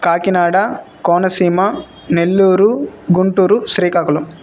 Kakinada Konaseema Nellore Guntur Srikakulam